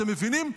אתם מבינים?